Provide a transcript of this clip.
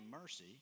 mercy